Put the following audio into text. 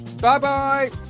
Bye-bye